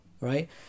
right